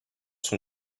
son